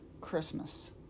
Christmas